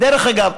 דרך אגב,